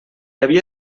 havia